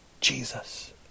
Jesus